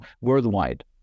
worldwide